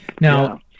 Now